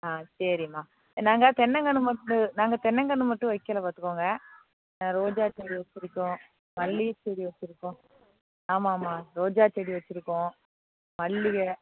ஆ சரிம்மா நாங்கள் தென்னங்கன்று நாங்கள் தென்னங்கன்று மட்டும் வைக்கல பாத்துக்கங்க ரோஜா செடி வெச்சிருக்கோம் மல்லிகை செடி வெச்சிருக்கோம் ஆமாம்மா ரோஜா செடி வெச்சுருக்கோம் மல்லிகை